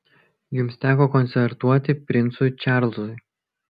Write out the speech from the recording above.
jums teko koncertuoti princui čarlzui